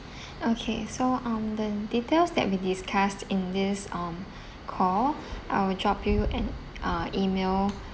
okay so um the details that we discussed in this um call I will drop you an uh email